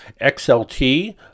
XLT